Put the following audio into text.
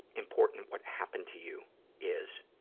important what happened to you is